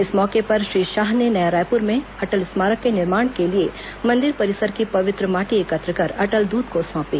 इस मौके पर श्री शाह ने नया रायपुर में अटल स्मारक के निर्माण के लिए मंदिर परिसर की पवित्र माटी एकत्र कर अटल दूत को सौंपी